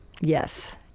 yes